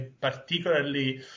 particularly